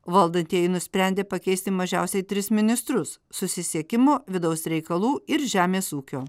valdantieji nusprendė pakeisti mažiausiai tris ministrus susisiekimo vidaus reikalų ir žemės ūkio